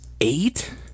eight